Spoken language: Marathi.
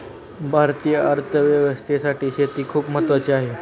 भारतीय अर्थव्यवस्थेसाठी शेती खूप महत्त्वाची आहे